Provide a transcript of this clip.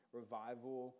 revival